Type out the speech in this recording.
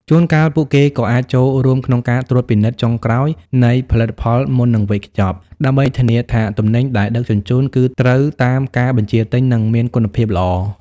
ជួនកាលពួកគេក៏អាចចូលរួមក្នុងការត្រួតពិនិត្យចុងក្រោយនៃផលិតផលមុននឹងវេចខ្ចប់ ដើម្បីធានាថាទំនិញដែលដឹកជញ្ជូនគឺត្រូវតាមការបញ្ជាទិញ និងមានគុណភាពល្អ។